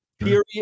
Period